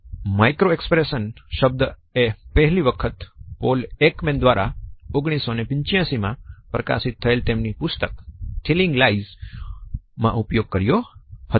micro expression શબ્દ એ પહેલી વખત પોલ એકમેન દ્વારા 1985 માં પ્રકાશિત થયેલ તેમની પુસ્તક ટેલીંગ લાયસ માં ઉપયોગ કર્યો હતો